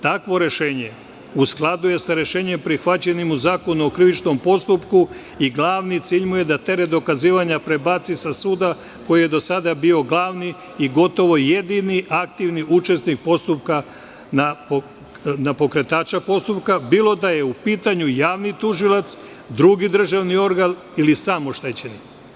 Takvo rešenje u skladu je sa rešenjem prihvaćenim u zakonu o krivičnom postupku i glavni cilj mu je da teret dokazivanja prebaci sa suda, koji je do sada bio glavni i gotovo jedini aktivni učesnik postupka na pokretače postupka, bilo da je u pitanju javni tužilac, drugi državni organ ili sam oštećenim.